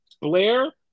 Blair